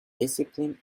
discipline